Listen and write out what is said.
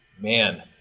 man